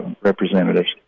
representatives